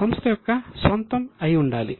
సంస్థ యొక్క స్వంతం అయి ఉండాలి